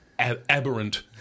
aberrant